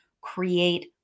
create